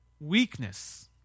weakness